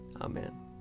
Amen